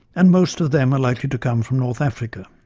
and most of them are likely to come from north africa.